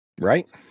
Right